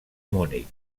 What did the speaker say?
munic